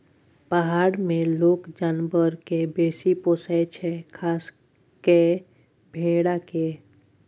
पहार मे लोक जानबर केँ बेसी पोसय छै खास कय भेड़ा केँ